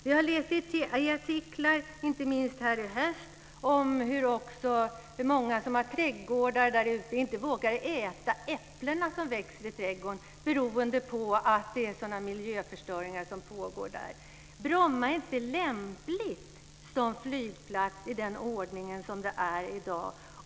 Jag har läst artiklar, inte minst nu i höst, om att många som har trädgård där ute inte vågar äta de äpplen som växer i trädgården beroende på den miljöförstöring som pågår där. Bromma är inte lämpligt som flygplats med den ordning som är i dag.